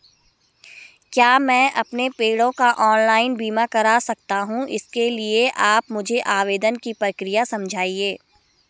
क्या मैं अपने पेड़ों का ऑनलाइन बीमा करा सकता हूँ इसके लिए आप मुझे आवेदन की प्रक्रिया समझाइए?